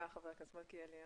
תודה ח"כ מלכיאלי.